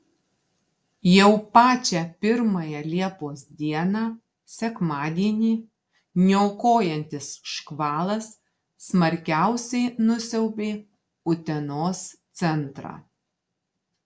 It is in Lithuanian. jau pačią pirmąją liepos dieną sekmadienį niokojantis škvalas smarkiausiai nusiaubė utenos centrą